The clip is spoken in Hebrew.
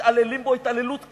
מתעללים בו התעללות קשה,